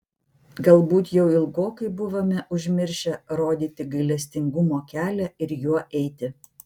galbūt jau ilgokai buvome užmiršę rodyti gailestingumo kelią ir juo eiti